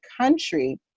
country